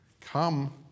Come